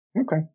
Okay